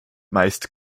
meist